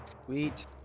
Sweet